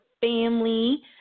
family